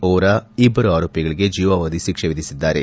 ವೋರಾ ಇಬ್ಬರು ಆರೋಪಿಗಳಿಗೆ ಜೀವಾವಧಿ ಶಿಕ್ಷೆ ವಿಧಿಸಿದ್ದಾರೆ